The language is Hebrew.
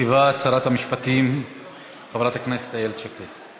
משיבה שרת המשפטים חברת הכנסת איילת שקד.